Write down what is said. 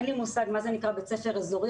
אין לי מושג מה זה נקרא בית ספר אזורי.